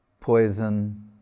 poison